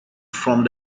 from